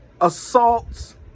assaults